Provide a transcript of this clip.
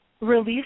release